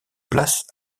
place